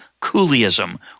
Coolism